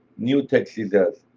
new type scissors.